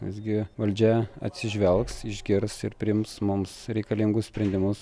visgi valdžia atsižvelgs išgirs ir priims mums reikalingus sprendimus